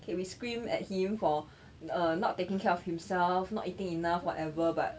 okay we screamed at him for err not taking care of himself not eating enough whatever but